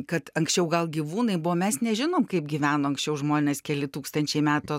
kad anksčiau gal gyvūnai buvo mes nežinom kaip gyveno anksčiau žmonės keli tūkstančiai metų